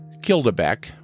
Kildebeck